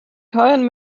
kein